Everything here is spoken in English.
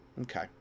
okay